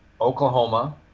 Oklahoma